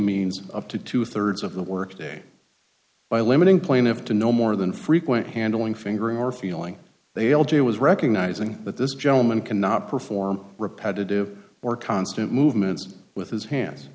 means up to two thirds of the work day by limiting plaintiff to no more than frequent handling fingering or feeling they l j was recognizing that this gentleman cannot perform repetitive or constant movements with his hands